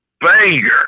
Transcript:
banger